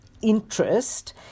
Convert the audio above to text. interest